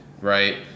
right